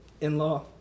in-law